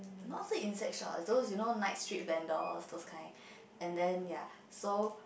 not say insect shop is those you know night street vendor those kind and then ya so